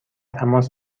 تماس